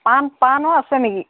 পাণ পাণো আছে নেকি